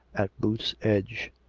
at booth's edge,